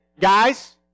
guys